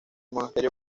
monasterio